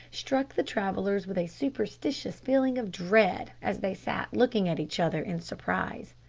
struck the travellers with a superstitious feeling of dread, as they sat looking at each other in surprise.